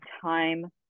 time